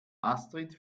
astrid